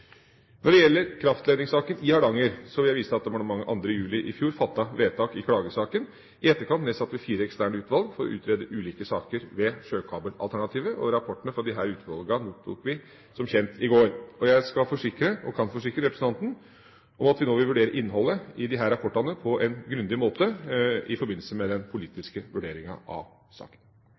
Når det gjelder kraftledningssaken i Hardanger, vil jeg vise til at departementet 2. juli i fjor fattet vedtak i klagesaken. I etterkant nedsatte vi fire eksterne utvalg for å utrede ulike saker ved sjøkabelalternativet, og rapportene fra disse utvalgene mottok vi som kjent i går. Jeg kan forsikre representanten om at vi nå vil vurdere innholdet i disse rapportene på en grundig måte i forbindelse med den politiske vurderinga av saken.